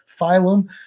phylum